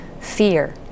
fear